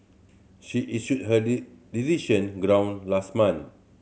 she issued her decision ground last month